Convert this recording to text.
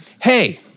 hey